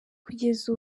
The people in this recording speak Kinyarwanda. kugeza